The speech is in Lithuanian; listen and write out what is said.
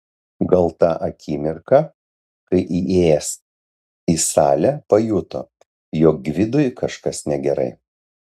gal tą akimirką kai įėjęs į salę pajuto jog gvidui kažkas negerai